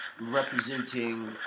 representing